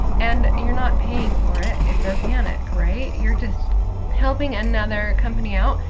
and you're not paying for it. it's organic, right? you're just helping another company out,